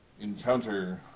encounter